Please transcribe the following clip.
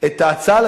את ההצעה הזאת